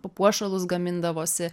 papuošalus gamindavosi